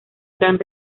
gran